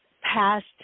past